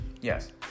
Yes